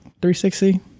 360